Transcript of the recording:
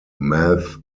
math